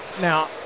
now